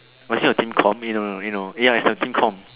was it a team com you don't know you know ya it's a team com